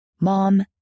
Mom